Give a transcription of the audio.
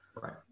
Right